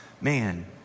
man